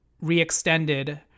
re-extended